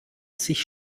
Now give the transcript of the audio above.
sich